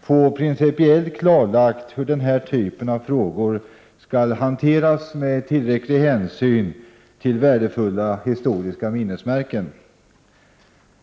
få principiellt klarlagt hur den här typen av frågor skall hanteras med tillräcklig hänsyn till värdefulla historiska minnesmärken.